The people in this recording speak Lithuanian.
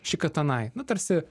šikatanai nu tarsi